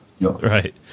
right